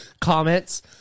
comments